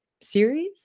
series